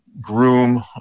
groom